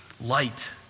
Light